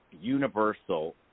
universal